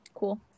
Cool